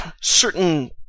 certain